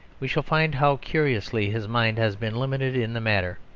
we shall find how curiously his mind has been limited in the matter.